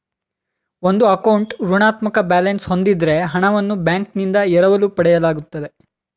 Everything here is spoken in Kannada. ಒಂದು ಅಕೌಂಟ್ ಋಣಾತ್ಮಕ ಬ್ಯಾಲೆನ್ಸ್ ಹೂಂದಿದ್ದ್ರೆ ಹಣವನ್ನು ಬ್ಯಾಂಕ್ನಿಂದ ಎರವಲು ಪಡೆಯಲಾಗುತ್ತೆ